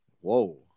Whoa